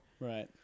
Right